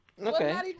Okay